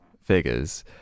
figures